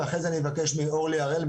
ואחרי זה אבקש מאורלי הראל,